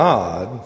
God